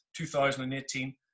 2018